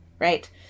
Right